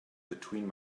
between